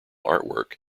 artwork